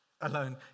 alone